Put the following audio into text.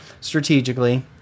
strategically